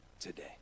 today